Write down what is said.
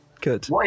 good